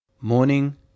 morning